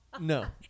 No